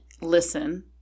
listen